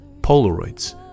Polaroids